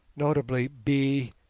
notably b,